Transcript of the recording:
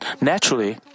naturally